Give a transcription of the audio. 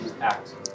act